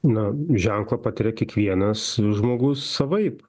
na ženklą patiria kiekvienas žmogus savaip